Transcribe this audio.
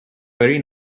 very